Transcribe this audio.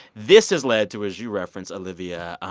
this has led to, as you referenced, olivia,